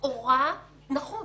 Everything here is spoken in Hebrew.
נכון.